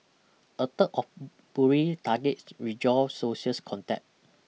a third of bullied targets withdraw social contact